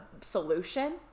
solution